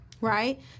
Right